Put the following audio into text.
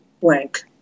blank